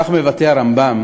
כך מבטא הרמב"ם